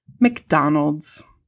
McDonald's